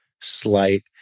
slight